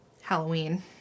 Halloween